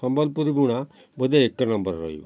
ସମ୍ବଲପୁରୀ ବୁଣା ବୋଧେ ଏକ ନମ୍ବରର ରହିବ